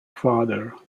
father